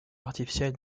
artificiels